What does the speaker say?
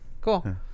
Cool